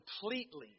completely